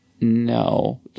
No